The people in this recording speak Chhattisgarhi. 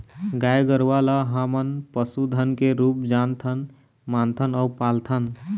गाय गरूवा ल हमन पशु धन के रुप जानथन, मानथन अउ पालथन